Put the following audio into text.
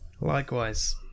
Likewise